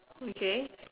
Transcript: okay